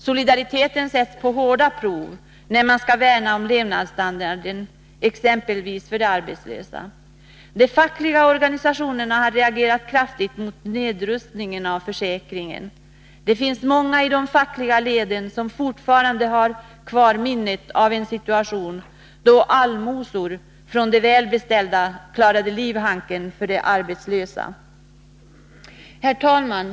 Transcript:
Solidariteten sätts på hårda prov när man skall värna om levnadsstandarden, exempelvis för de arbetslösa. De fackliga organisationerna har reagerat kraftigt mot nedrustningen av arbetslöshetsförsäkringen. Det finns fortfarande många i de fackliga leden som har kvar minnet av en situation då allmosor från de välbeställda klarade livhanken för de arbetslösa. Herr talman!